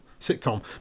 sitcom